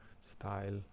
style